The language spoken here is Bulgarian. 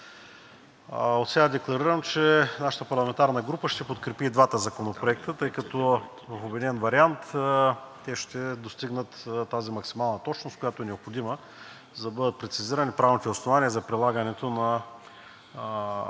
Отсега декларирам, че нашата парламентарна група ще подкрепи и двата законопроекта, тъй като в обединен вариант те ще достигнат тази максимална точност, която е необходима, за да бъдат прецизирани правните основания за прилагането на